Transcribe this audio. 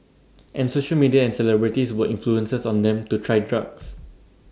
and social media and celebrities were influences on them to try drugs